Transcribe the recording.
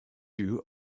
you